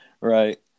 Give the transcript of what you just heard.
right